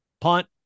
punt